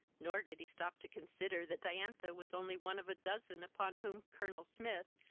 nor did he stop to consider that diantha was only one of a dozen upon whom colonel smith,